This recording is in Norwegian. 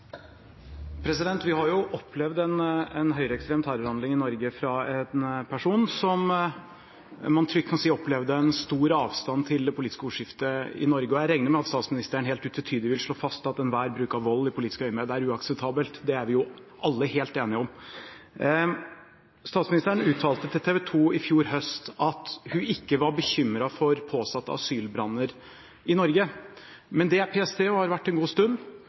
Vi har hatt en høyreekstrem terrorhandling i Norge fra en person som man trygt kan si opplevde en stor avstand til det politiske ordskiftet i Norge, og jeg regner med at statsministeren helt utvetydig vil slå fast at enhver bruk av vold i politisk øyemed er uakseptabelt – det er vi alle helt enige om. Statsministeren uttalte til TV 2 i fjor høst at hun ikke var bekymret for påsatte asylbranner i Norge, men det er PST – og har vært det en god stund.